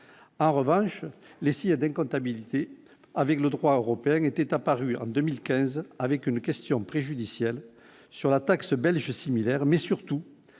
en revanche, les si y a des comptabilités avec le droit européen était apparu en 2015 avec une question préjudicielle sur la taxe belge similaire, mais surtout